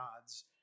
gods